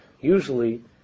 Usually